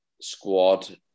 squad